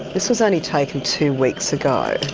this was only taken two weeks ago,